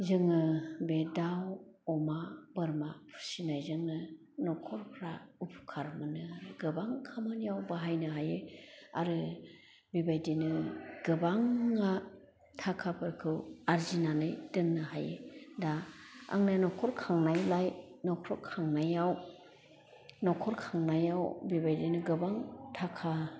जोङो बे दाउ अमा बोरमा फिसिनायजोंनो नखरफ्रा उफुखार मोनो गोबां खामानियाव बाहायनो हायो आरो बेबायदिनो गोबाङा थाखाफोरखौ आर्जिनानै दोननो हायो दा आंनो नखर खांनायलाय नखर खांनायाव नखर खांनायाव बेबायदिनो गोबां थाखा